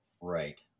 Right